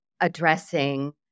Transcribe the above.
addressing